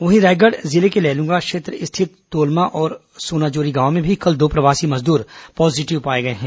वहीं रायगढ़ जिले के लैलूंगा क्षेत्र स्थित तोलमा और सोनाजोरी गांव में भी कल दो प्रवासी मजदूर पॉजिटिव पाए गए हैं